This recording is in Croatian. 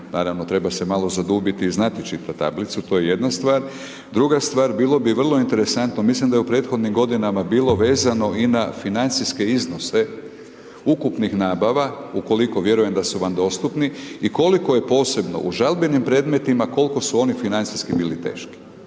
naravno treba se malo zadubiti i znati čitati tablicu, to je jedna stvar. Druga stvar, bilo bi vrlo interesantno, mislim da je u prethodnim godinama bilo vezano i na financijske iznose ukupnih nabava ukoliko vjerujem da su vam dostupni i koliko je posebno u žalbenim predmetima koliko su oni financijski bili teški.